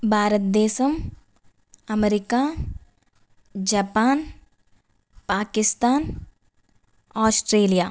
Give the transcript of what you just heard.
Bharatadesam America Japan Pakistan Australia